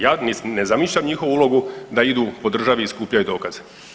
Ja ne zamišljam njihovu ulogu da idu po državi i skupljaju dokaze.